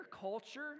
culture